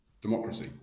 democracy